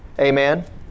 amen